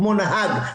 כמו נהג,